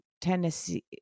Tennessee